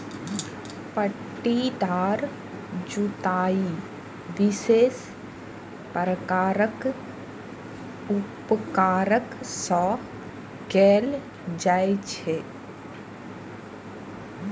पट्टीदार जुताइ विशेष प्रकारक उपकरण सं कैल जाइ छै